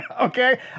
Okay